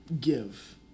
give